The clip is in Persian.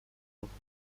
بخوری